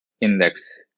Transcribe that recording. index